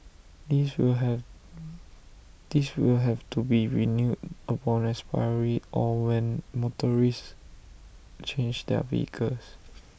this will have this will have to be renewed upon expiry or when motorists change their vehicles